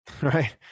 right